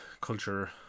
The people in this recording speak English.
culture